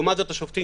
לעומת זאת, השופטים